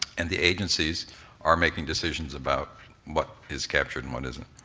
and the agencies are making decisions about what is captured and what isn't.